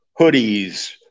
hoodies